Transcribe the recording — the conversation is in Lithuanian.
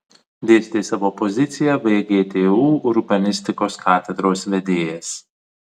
dėstė savo poziciją vgtu urbanistikos katedros vedėjas